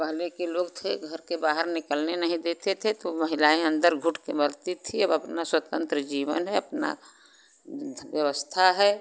पहले के लोग थे घर के बाहर निकलने नहीं देते थे तो महिलाएँ अंदर घुट के मरती थी अब अपना स्वतंत्र जीवन है अपना व्यवस्था है